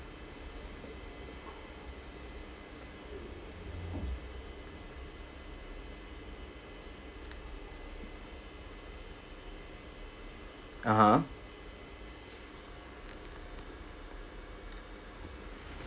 (uh huh)